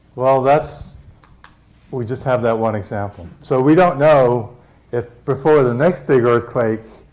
well, that's we just have that one example. so we don't know if, before the next big earthquake,